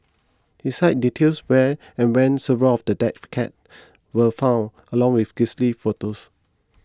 his site details where and when several of the dead cats were found along with grisly photos